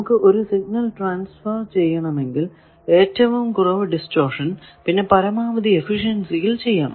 നമുക്ക് ഒരു signal transfer ചെയ്യണമെങ്കിൽ ഏറ്റവും കുറവ് ഡിസ്റ്റോർഷൻ പിന്നെ പരമാവധി എഫിഷ്യൻസിയിൽ ചെയ്യണം